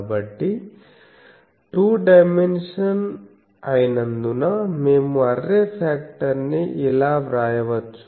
కాబట్టి two dimension అయినందున మేము అర్రే ఫాక్టర్ ని ఇలా వ్రాయవచ్చు